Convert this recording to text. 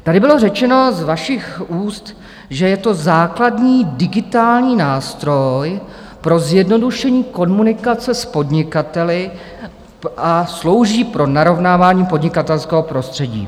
Tady bylo řečeno z vašich úst, že je to základní digitální nástroj pro zjednodušení komunikace s podnikateli a slouží pro narovnávání podnikatelského prostředí.